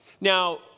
Now